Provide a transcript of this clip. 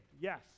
Yes